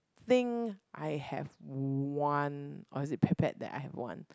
think I have a one or is it Petpet that I have one